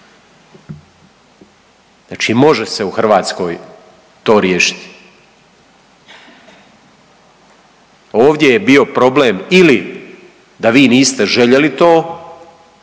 Znači može se u Hrvatskoj to riješiti. Ovdje je bio problem ili da vi niste željeli to